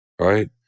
Right